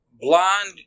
blind